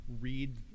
read